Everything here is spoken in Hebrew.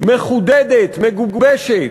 מחודדת, מגובשת.